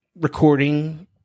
recording